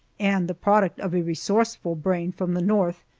and the product of a resourceful brain from the north,